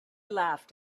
laughed